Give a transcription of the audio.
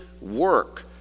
work